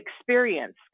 experience